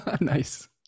nice